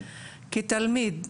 כתלמיד,